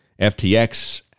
FTX